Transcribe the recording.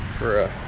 for a